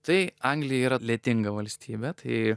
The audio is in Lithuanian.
tai anglija yra lietinga valstybė tai